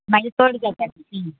मागीर चड जाता ती फी